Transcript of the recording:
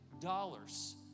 dollars